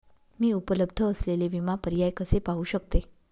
मी उपलब्ध असलेले विमा पर्याय कसे पाहू शकते?